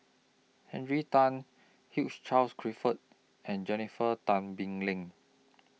Henry Tan Hugh Charles Clifford and Jennifer Tan Bee Leng